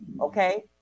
Okay